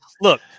look